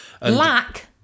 Lack